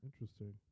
Interesting